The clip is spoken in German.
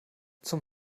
zum